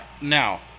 now